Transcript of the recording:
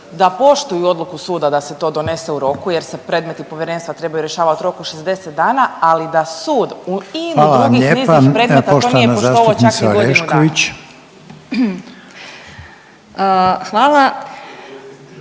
da poštuju odluku suda da se to donese u roku jer se predmeti Povjerenstva trebaju rješavati u roku 60 dana ali da sud u ini drugih … /ne razumije se/ … predmeta to nije poštovao čak ni godinu dana.